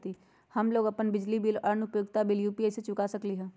हम लोग अपन बिजली बिल और अन्य उपयोगिता बिल यू.पी.आई से चुका सकिली ह